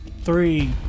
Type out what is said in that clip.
three